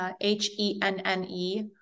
H-E-N-N-E